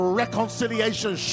reconciliation